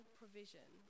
provision